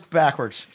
backwards